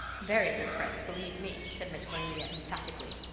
very good friends, believe me, said miss cornelia emphatically.